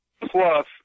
plus